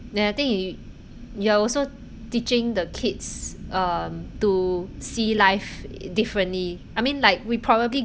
then I think y~ you are also teaching the kids um to see life differently I mean like we probably